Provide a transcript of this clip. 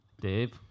Dave